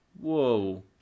whoa